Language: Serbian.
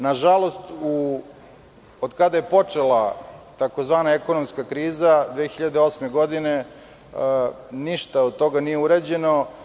Nažalost, od kada je počela tzv. ekonomska kriza 2008. godine, ništa od toga nije urađeno.